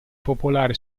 popolare